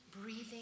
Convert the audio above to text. breathing